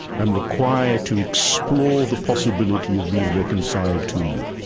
am required to explore the possibility of being reconciled to you.